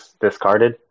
discarded